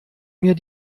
mir